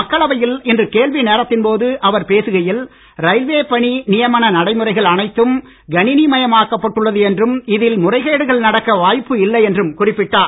மக்களவையில் இன்று கேள்வி நேரத்தின் போது அவர் பேசுகையில் ரயில்வே பணி நியமன நடைமுறைகள் அனைத்தும் கணினி மயமாக்கப்பட்டுள்ளது என்றும் இதில் முறைகேடுகள் நடக்க வாய்ப்பு இல்லை என்றும் குறிப்பிட்டார்